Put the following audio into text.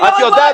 אני לא רגועה,